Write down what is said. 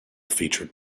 featured